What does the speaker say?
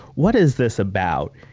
what is this about?